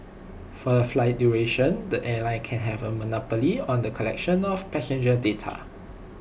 for the flight duration the airline can have A monopoly on the collection of passenger data